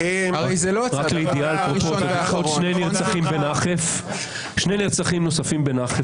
עוד שני נרצחים נוספים בנחף,